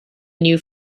new